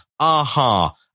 Aha